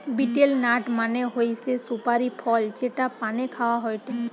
betel nut মানে হৈসে সুপারি ফল যেটা পানে খাওয়া হয়টে